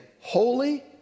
holy